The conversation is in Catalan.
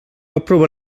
aprovar